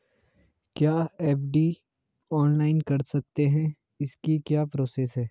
क्या FD online कर सकते हैं इसकी क्या प्रोसेस है?